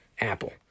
Apple